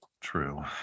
True